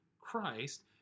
Christ